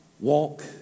walk